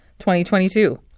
2022